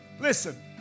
Listen